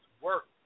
work